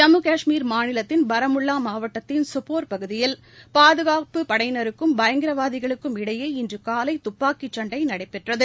ஜம்மு கஷ்மீர் மாநிலத்தின் பாரமுல்வா மாவட்டத்தின் சோபோர் பகுதியில் பாதுணப்புப் படையினருக்கும் பயங்கரவாதிகளுக்கும் இடையே இன்று காலை துப்பாக்கி சண்டை நடைபெற்றது